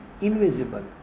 invisible